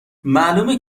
معلومه